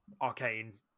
arcane